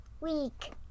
week